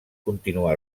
continuar